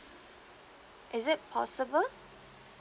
is it possible